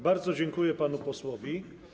Bardzo dziękuję panu posłowi.